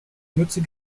mütze